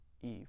Eve